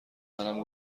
منم